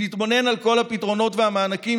אם נתבונן על כל הפתרונות והמענקים